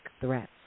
threats